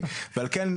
על כן,